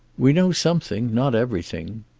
we know something, not everything.